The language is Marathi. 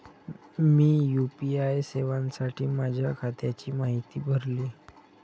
मी यू.पी.आय सेवेसाठी माझ्या खात्याची माहिती भरली